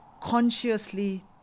consciously